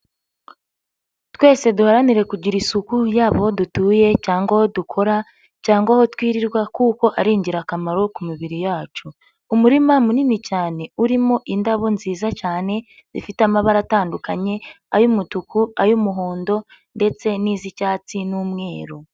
Twese duharanire kugira isuku yaba aho dutuye cyangwa aho dukora cyangwa aho twirirwa kuko ari ingirakamaro ku mibiri yacu. Umurima munini cyane urimo indabo nziza cyane zifite amabara atandukanye: ay'umutuku, ay'umuhondo ndetse n'iz'icyatsi n'umweru.